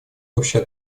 общая